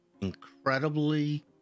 incredibly